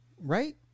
Right